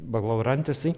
bakalaurantes tai